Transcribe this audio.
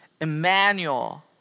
Emmanuel